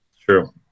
True